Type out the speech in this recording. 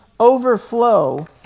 overflow